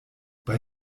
bei